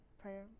prayer